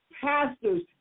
pastors